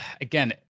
again